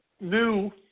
new